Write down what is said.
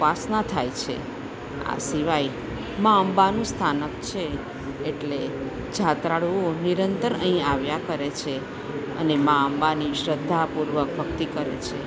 ઉપાસના થાય છે આ સિવાય મા અંબાનું સ્થાનક છે એટલે જાત્રાળુઓ નિરંતર અહીં આવ્યા કરે છે અને મા અંબાની શ્રદ્ધાપૂર્વક ભક્તિ કરે છે